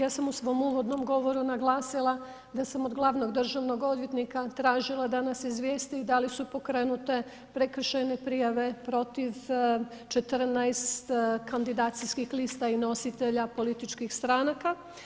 Ja sam u svom uvodnom govoru naglasila da sam od glavnog državnog odvjetnika tražila da nas izvjesti da li su pokrenute prekršajne prijave protiv 14 kandidacijskih lista i nositelja političkih stranaka.